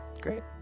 great